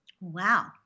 Wow